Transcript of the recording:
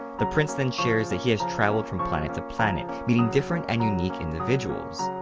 the prince then shares that he has travelled from planet to planet, meeting different and unique individuals.